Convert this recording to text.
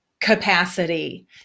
capacity